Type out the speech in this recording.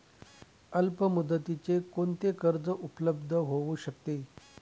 अल्पमुदतीचे कोणते कर्ज उपलब्ध होऊ शकते?